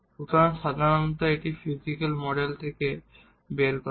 সুতরাং সাধারণত এটি ফিজিকাল মডেল থেকে করা হয়